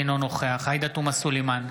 אינו נוכח עאידה תומא סלימאן,